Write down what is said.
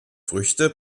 früchte